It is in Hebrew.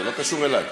זה לא קשור אלי.